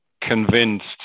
convinced